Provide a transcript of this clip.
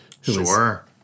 Sure